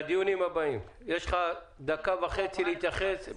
יש לך דקה וחצי להתייחס.